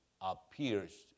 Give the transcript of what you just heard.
appears